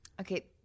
Okay